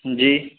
جی